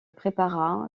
prépara